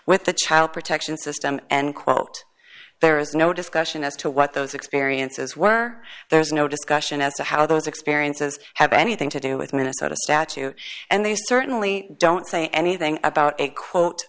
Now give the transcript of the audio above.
with the child protection system and quote there is no discussion as to what those experiences were there's no discussion as to how those experiences have anything to do with minnesota statute and they certainly don't say anything about a quote